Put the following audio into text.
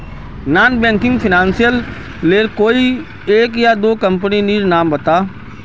Non banking financial लेर कोई एक या दो कंपनी नीर नाम बता?